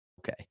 Okay